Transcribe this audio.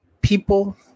People